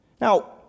Now